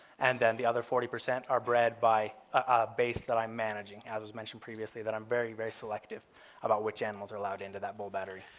and then the other forty percent are bred by ah base that i'm managing as was mentioned previously that i'm very, very selective about which animals are allowed into that bull battery.